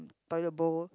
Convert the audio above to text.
toilet bowl